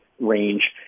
range